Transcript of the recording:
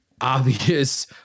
obvious